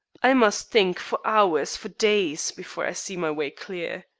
i must think for hours, for days, before i see my way clear.